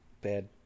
bad